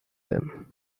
them